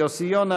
יוסי יונה,